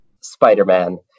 Spider-Man